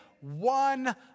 one